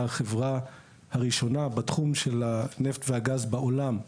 החברה הראשונה בתחום של הנפט והגז בעולם,